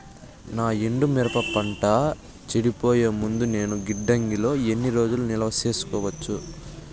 నా ఎండు మిరప పంట చెడిపోయే ముందు నేను గిడ్డంగి లో ఎన్ని రోజులు నిలువ సేసుకోవచ్చు?